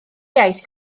iaith